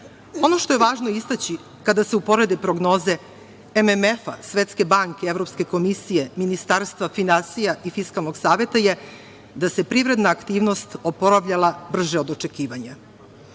što je važno istaći, kada se uporede prognoze MMF-a, Svetske banke i Evropske komisije, Ministarstva finansija i Fiskalnog saveta, je da se privredna aktivnost oporavljala brže od očekivanja.